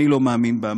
אני לא מאמין בה.